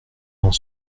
dans